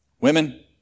Women